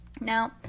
Now